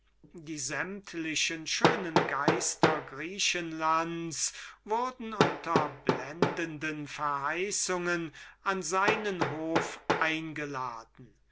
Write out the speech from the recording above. alle alle schönen geister griechenlandes wurden unter blendenden verheißungen an seinen hof eingeladen